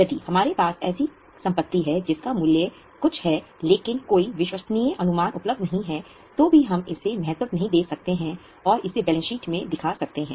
यदि हमारे पास ऐसी संपत्ति है जिसका कुछ मूल्य है लेकिन कोई विश्वसनीय अनुमान उपलब्ध नहीं है तो भी हम इसे महत्व नहीं दे सकते हैं और इसे बैलेंस शीट में दिखा सकते हैं